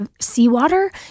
seawater